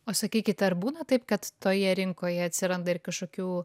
o sakykit ar būna taip kad toje rinkoje atsiranda ir kažkokių